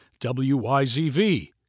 WYZV